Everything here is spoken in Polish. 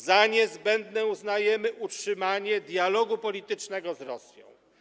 Za niezbędne uznajemy utrzymanie dialogu politycznego z Rosją.